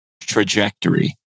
trajectory